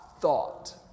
thought